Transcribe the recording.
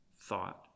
thought